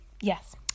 Yes